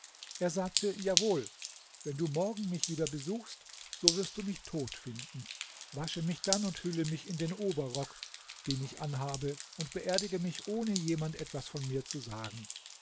er sagte jawohl wenn du morgen mich wieder besuchst so wirst du mich tot finden wasche mich dann hülle mich in den oberrock den ich anhabe und beerdige mich ohne jemand etwas von mir zu sagen